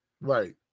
Right